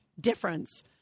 difference